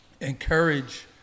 encourage